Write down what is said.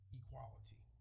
equality